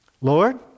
Lord